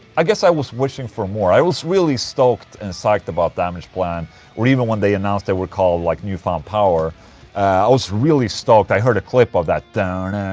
i guess i was wishing for more, i was really stoked and psyched about damageplan or even when they announced they were called like newfound power i was really stoked, i heard a clip of that. and